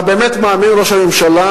אתה באמת מאמין, ראש הממשלה,